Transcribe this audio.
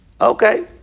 okay